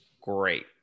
great